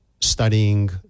studying